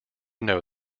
know